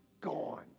gone